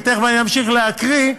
ותכף אני אמשיך להקריא,